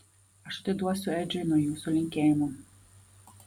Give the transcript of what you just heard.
aš atiduosiu edžiui nuo jūsų linkėjimų